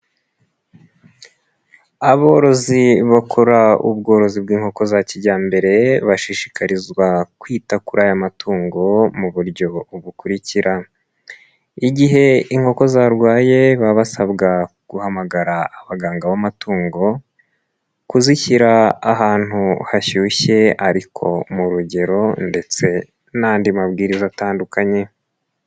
Aborozi bakora ubworozi bw'inkoko za kijyambere, bashishikarizwa kwita kuri aya matungo, mu buryo bukurikira, igihe inkoko zarwaye, baba basabwa guhamagara abaganga b'amatungo, kuzishyira ahantu hashyushye ariko mu rugero ndetse n'andi mabwiriza atandukanye.